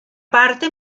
parte